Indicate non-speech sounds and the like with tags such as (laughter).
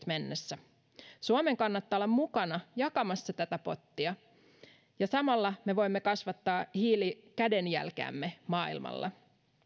(unintelligible) mennessä suomen kannattaa olla mukana jakamassa tätä pottia ja samalla me voimme kasvattaa hiilikädenjälkeämme maailmalla